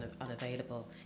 unavailable